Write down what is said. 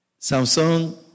Samsung